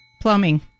Plumbing